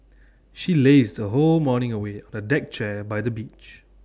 she lazed her whole morning away on A deck chair by the beach